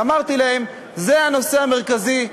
ואמרתי להן: זה הנושא המרכזי,